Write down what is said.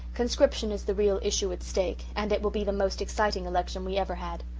conscription is the real issue at stake and it will be the most exciting election we ever had.